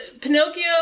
Pinocchio